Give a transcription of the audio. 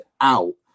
out